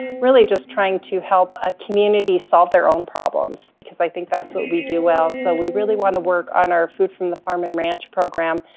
really just trying to help a community solve their own problems, because i think that's what we do well. so we really wanna work on our food from the farm and ranch program,